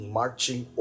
marching